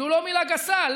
זו לא מילה גסה.